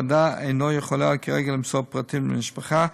כרגע הוועדה אינה יכולה למסור פרטים למשפחה,